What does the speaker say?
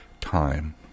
Time